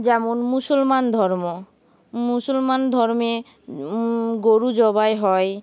যেমন মুসলমান ধর্ম মুসলমান ধর্মে গরু জবাই হয়